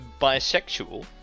bisexual